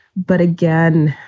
but again,